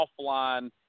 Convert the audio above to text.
offline